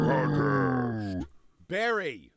Barry